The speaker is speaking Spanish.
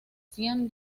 siam